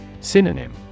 Synonym